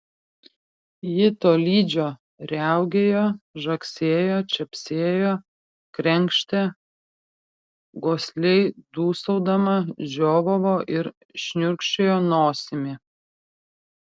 ji tolydžio riaugėjo žagsėjo čepsėjo krenkštė gosliai dūsaudama žiovavo ir šniurkščiojo nosimi